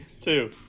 two